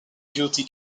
duty